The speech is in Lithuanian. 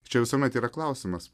čia visuomet yra klausimas